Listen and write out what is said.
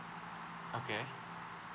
okay